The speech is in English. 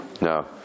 No